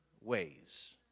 ways